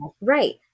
right